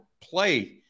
play